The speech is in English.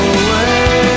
away